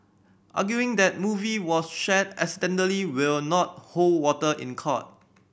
arguing that movie was shared accidentally will not hold water in court